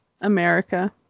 America